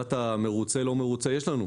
שאלת המרוצה או לא מרוצה, יש לנו.